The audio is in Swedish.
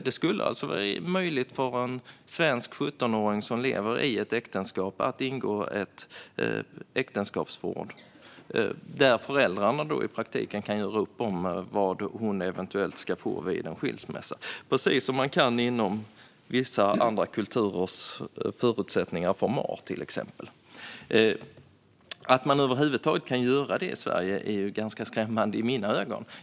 Det skulle alltså vara möjligt för en svensk 17-åring som lever i ett äktenskap att ingå ett äktenskapsförord där föräldrarna i praktiken kan göra upp om vad hon eventuellt ska få vid en skilsmässa, precis som man kan inom ramen för vissa andra kulturers förutsättningar och format. Att man över huvud taget kan göra det i Sverige är i mina ögon ganska skrämmande.